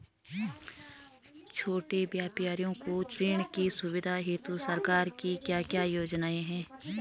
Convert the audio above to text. छोटे व्यापारियों को ऋण की सुविधा हेतु सरकार की क्या क्या योजनाएँ हैं?